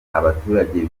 abaturage